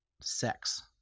sex